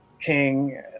King